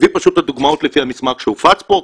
אני אביא את הדוגמאות לפי המסמך שהופץ פה,